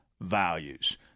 values